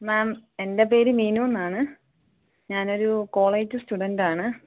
മാം എൻ്റെ പേര് മീനു എന്നാണ് ഞാനൊരു കോളേജ് സ്റ്റുഡൻറ് ആണ്